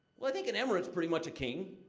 well, i think an emirate is pretty much a king.